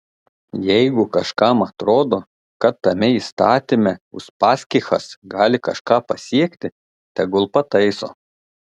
jeigu kažkam atrodo kad tame įstatyme uspaskichas gali kažką pasiekti tegul pataiso